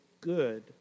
good